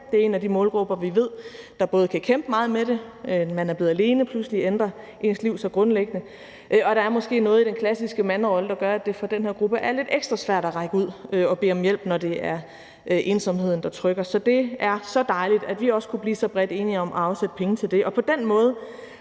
Det er en af de målgrupper, som vi ved kan kæmpe meget med det – man er blevet alene, pludselig ændrer ens liv sig grundlæggende – og der er måske noget i den klassiske manderolle, der gør, at det for den her gruppe er lidt ekstra svært at række ud og bede om hjælp, når det er ensomheden, der trykker. Så det er så dejligt, at vi også kunne blive så bredt enige om at afsætte penge til det.